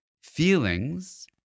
Feelings